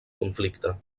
conflicte